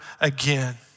again